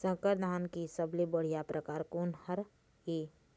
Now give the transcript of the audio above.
संकर धान के सबले बढ़िया परकार कोन हर ये?